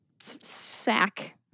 sack